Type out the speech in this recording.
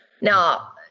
Now